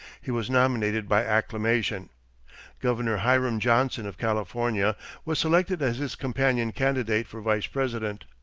he was nominated by acclamation governor hiram johnson of california was selected as his companion candidate for vice president.